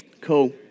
Cool